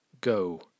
Go